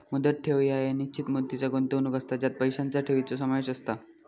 मुदत ठेव ह्या एक निश्चित मुदतीचा गुंतवणूक असता ज्यात पैशांचा ठेवीचो समावेश असता